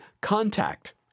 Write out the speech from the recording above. Contact